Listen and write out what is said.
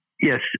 Yes